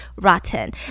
rotten